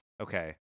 Okay